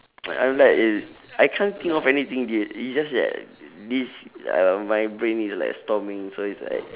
I'm like uh I can't think of anything dude it's just that this uh my brain is like storming so it's like